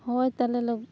ᱦᱚᱭ ᱛᱟᱞᱦᱮ